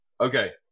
Okay